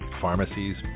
pharmacies